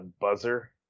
buzzer